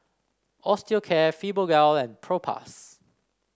Osteocare Fibogel and Propass